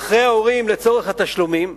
אחרי ההורים לצורך התשלומים.